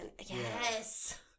Yes